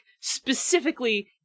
specifically